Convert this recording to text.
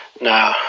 Now